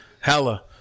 Hella